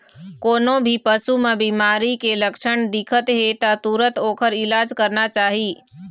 कोनो भी पशु म बिमारी के लक्छन दिखत हे त तुरत ओखर इलाज करना चाही